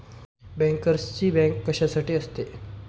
बँकर्सची बँक कशासाठी असते?